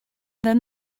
then